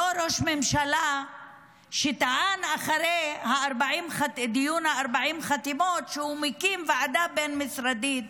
אותו ראש ממשלה שאחרי דיון 40 חתימות טען שהוא מקים ועדה בין-משרדית,